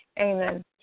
Amen